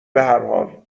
بحرحال